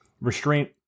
Restraint